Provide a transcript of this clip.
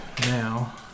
now